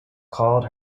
called